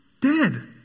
dead